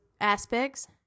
aspects